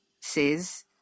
says